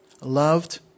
Loved